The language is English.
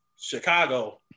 Chicago